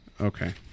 okay